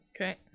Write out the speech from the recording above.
Okay